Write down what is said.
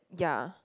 ya